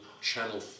channel